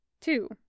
Two